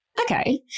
okay